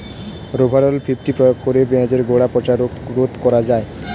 Rovral fifty প্রয়োগ করে পেঁয়াজের গোড়া পচা রোগ রোধ করা যায়?